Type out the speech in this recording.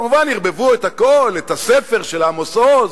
כמובן, ערבבו את הכול, את הספר של עמוס עוז.